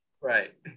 right